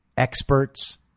Experts